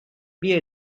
via